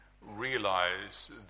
realize